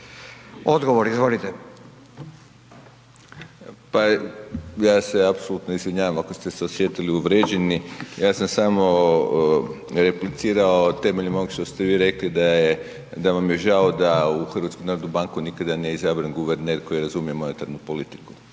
**Vujčić, Boris** Pa ja se apsolutno izvinjavam ako ste se osjetili uvrijeđeni, ja sam samo replicirao temeljem ovog što ste vi rekli da vam je žao da u HNB nikada nije izabran guverner koji razumije monetarnu politiku.